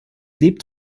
lebt